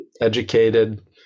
educated